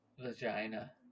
vagina